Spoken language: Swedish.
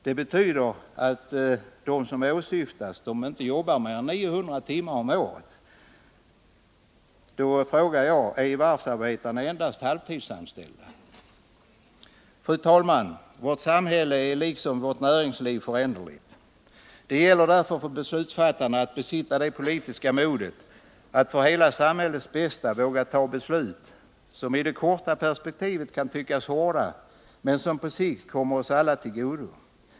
Det betyder att de som åsyftas inte jobbar mer än 900 timmar om året. Då frågar jag: Är varvsarbetarna endast halvtidsanställda? Fru talman! Vårt samhälle är liksom vårt näringsliv föränderligt. Det gäller därför för beslutsfattarna att besitta det politiska modet att för hela samhällets bästa våga ta beslut, som i det korta perspektivet kan tyckas hårda men som på sikt kommer oss alla till godo.